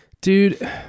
dude